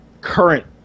Current